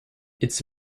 its